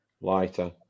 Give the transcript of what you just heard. Lighter